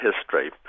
history